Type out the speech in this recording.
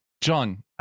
John